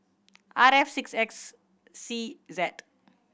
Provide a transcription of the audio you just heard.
R F six X C Z